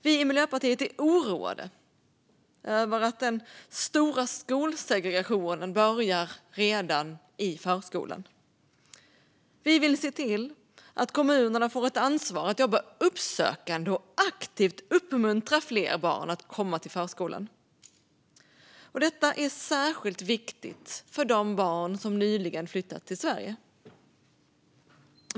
Vi i Miljöpartiet är oroade över att den stora skolsegregationen börjar redan i förskolan. Vi vill se till att kommunerna får ett ansvar att jobba uppsökande och aktivt uppmuntra fler barn att komma till förskolan. Detta är särskilt viktigt för de barn som nyligen flyttat till Sverige.